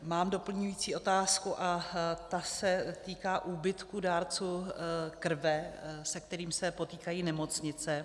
Mám doplňující otázku a ta se týká úbytku dárců krve, se kterými se potýkají nemocnice.